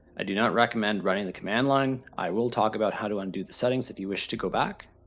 i do not recommend running the command line. i will talk about how to undo the settings if you wish to go back.